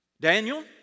Daniel